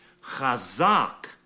Chazak